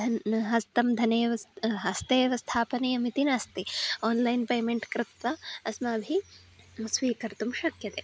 धनं न हस्तं धने वस्त् हस्ते एव स्थापनीयमिति नास्ति ओन्लैन् पेमेण्ट् कृत्वा अस्माभिः स्वीकर्तुं शक्यते